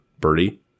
birdie